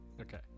Okay